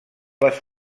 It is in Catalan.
les